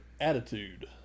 attitude